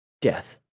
death